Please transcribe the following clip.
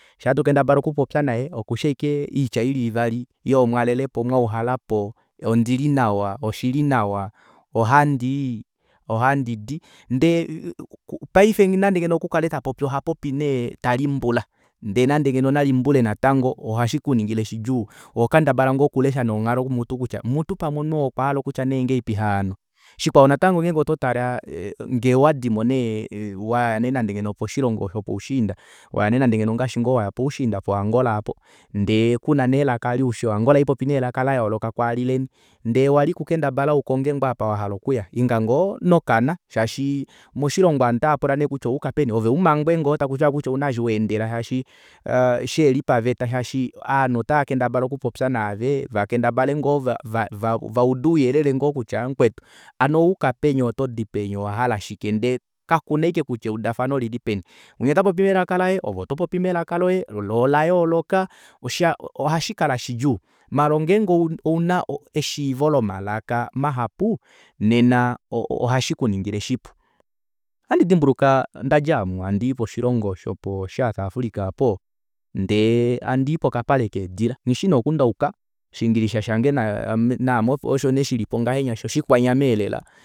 Shaatokendabala okupopya naye okushi ashike oitya ili ivali yoo mwalelepo mwauhalapo ondilinawa oshili nawa ohandii ohandidi ndee paife nande okukale tapopi ohapopi nee talimbula ndee nande nengeno nalimbule natango ohashikuningile shidjuu ohokendabala nee okulesha onghalo kutya mutu pamwe omunhu okwahala nee okutya ngahelipi hano shiwako natango ngenge ototale ngee owadimo nee nande oposhilongo shopoushiinda waya nee nande opoushiinda ngono opoushiinda poangola aapo ndeekuna nee elaka alo ushi o angola ohaipopi elaka layooloka kwaali leni ndee wali kukendabala ukonge ngoo apa wahala okuya inga ngoo nokana shaashi moshilongo ovanhu otavapula neekutya owayuka peni ove umangwe ngoo takutiwa kutya ouna eshi waendela shaashi shiheli paveta shaashi aanhu otaakendabala okupopya naave vakendabale ngoo va- va vaude uuyelele ngoo kutya mukwetu hano owayuka peni otodi peni owahala shike ndee kakuna ashike kutya eudafano olili peni unya otapopi melaka laye ove otopopi melaka loye loo olayooloka ohashikala shidjuu maala ngenge ouna eshiivo lomalaka mahapu nena ohashikuningile shipu ohandi dimbuluka ondadja aamu handii poshilongo shopo south africa aapo ndee handii pokapale keedila nghishi nee oku ndayuka oshingilisha shange naame oshilipo ngoo ngahenya shoo oshikwanyama elela